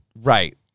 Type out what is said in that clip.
Right